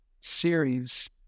series